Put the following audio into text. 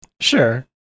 Sure